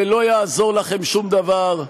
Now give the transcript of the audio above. ולא יעזור לכם שום דבר.